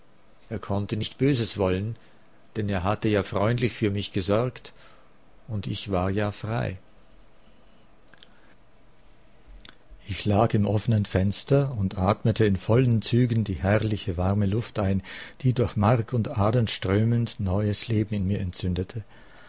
er konnte nicht böses wollen denn er hatte ja freundlich für mich gesorgt und ich war ja frei ich lag im offnen fenster und atmete in vollen zügen die herrliche warme luft ein die durch mark und adern strömend neues leben in mir entzündete